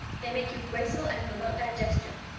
they make you graceful and promote digestion.